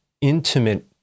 intimate